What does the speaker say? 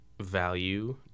value